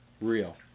real